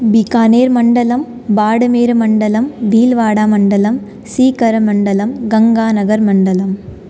बिकानेरर्मण्डलं बाडमेरमण्डलं बीलवाडामण्डलं सीकरमण्डलं गङ्गानगर्मण्डलं